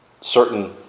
Certain